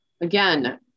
again